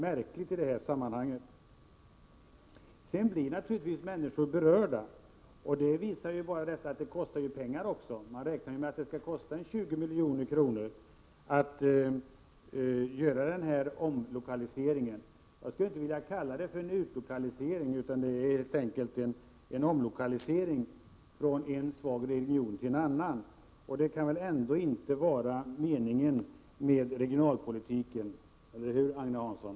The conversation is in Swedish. Människor blir naturligtvis berörda. Det visar ju också det faktum att det kostar pengar. Man räknar med att det skall kosta ca 20 milj.kr. att göra denna omlokalisering. Jag vill inte kalla det utlokalisering, utan det är helt enkelt en omlokalisering från en svag region till en annan svag region. Det kan väl ändå inte vara meningen med regionalpolitiken, Agne Hansson?